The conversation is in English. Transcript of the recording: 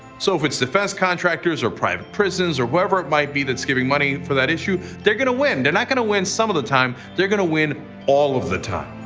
so, if it's defense contractors, or private prisons, or whoever it might be that's giving money for that issue they're gonna win! they're not gonna win some of the time they're gonna win all of the time.